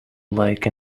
like